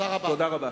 תודה רבה.